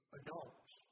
adults